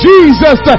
Jesus